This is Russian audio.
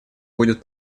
будет